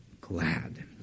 glad